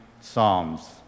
Psalms